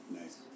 nice